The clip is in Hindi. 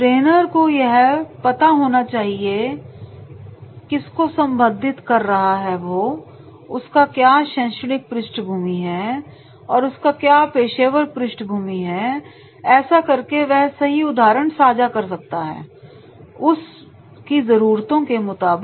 ट्रेनर को यह पता होना चाहिए किराया किसको संबोधित कर रहा है उसका क्या शैक्षणिक पृष्ठभूमि है और उसकी क्या पेशेवर पृष्ठभूमि है ऐसा करके वह सही उदाहरण सांझा कर सकता है उसकी जरूरतों के मुताबिक